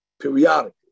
periodically